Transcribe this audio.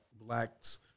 blacks